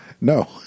No